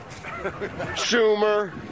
Schumer